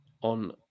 on